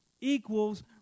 equals